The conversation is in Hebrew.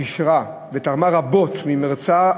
גישרה ותרמה רבות ממרצה,